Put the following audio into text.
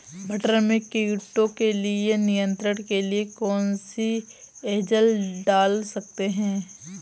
मटर में कीटों के नियंत्रण के लिए कौन सी एजल डाल सकते हैं?